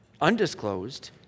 undisclosed